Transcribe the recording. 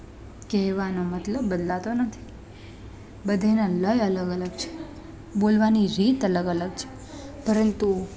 કહેવાનો મતલબ બદલાતો નથી બધાંયનાં લય અલગ અલગ છે બોલવાની રીત અલગ અલગ છે પરંતુ